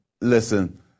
Listen